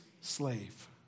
slave